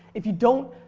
if you don't,